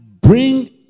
bring